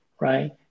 right